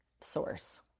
source